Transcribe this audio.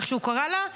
איך שהוא קרא לה,